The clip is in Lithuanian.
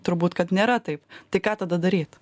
turbūt kad nėra taip tai ką tada daryt